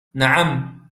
نعم